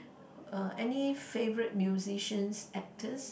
err any favourite musicians actors